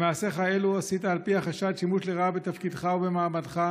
במעשיך אלו עשית על פי החשד שימוש לרעה בתפקידך ובמעמדך